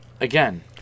again